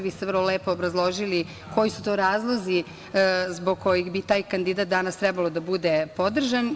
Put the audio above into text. Vi ste vrlo lepo obrazložili koji su to razlozi zbog kojih bi taj kandidat danas trebalo da bude podržan.